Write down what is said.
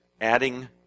adding